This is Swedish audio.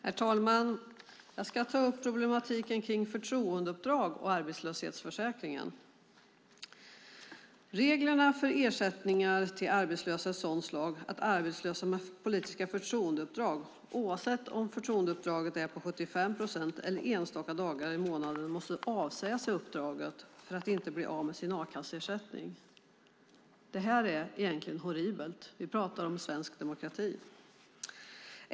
Herr talman! Jag ska ta upp problematiken kring förtroendeuppdrag och arbetslöshetsförsäkringen. Reglerna för ersättning till arbetslösa är av ett sådant slag att arbetslösa med politiska förtroendeuppdrag, oavsett om uppdraget är på 75 procent eller enstaka dagar i månaden, måste avsäga sig uppdragen för att inte bli av med sin a-kasseersättning. Det är egentligen horribelt - vi pratar om svensk demokrati.